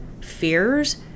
fears